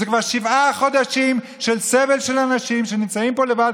וזה כבר שבעה חודשים של סבל לאנשים שנמצאים פה לבד.